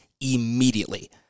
immediately